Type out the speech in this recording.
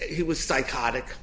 he was psychotic